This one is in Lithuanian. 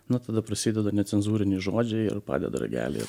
nu tada prasideda necenzūriniai žodžiai ir padeda ragelį ir